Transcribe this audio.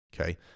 Okay